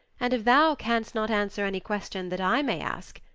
and if thou canst not answer any question that i may ask,